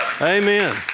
Amen